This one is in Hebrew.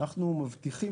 אנחנו מבטיחים,